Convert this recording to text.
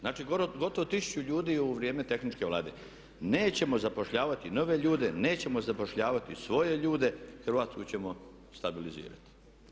Znači gotovo tisuću ljudi u vrijeme tehničke Vlade. nećemo zapošljavati nove ljude, nećemo zapošljavati svoje ljude, Hrvatsku ćemo stabilizirati.